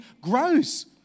grows